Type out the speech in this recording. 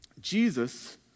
Jesus